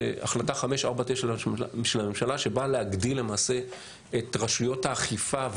החלטה 549 של הממשלה שבאה להגדיל למעשה את רשויות האכיפה,